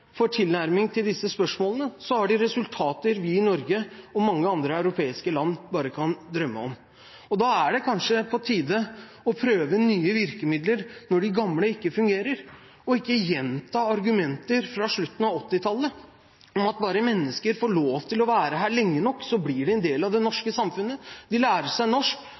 for tilnærming til disse spørsmålene har de resultater vi i Norge og i mange andre europeiske land bare kan drømme om. Det er kanskje på tide å prøve nye virkemidler når de gamle ikke fungerer, og ikke gjenta argumenter fra slutten av 1980-tallet om at bare mennesker får lov til å være her lenge nok, blir de en del av det norske samfunnet – de lærer seg norsk,